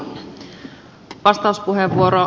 arvoisa puhemies